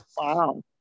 Wow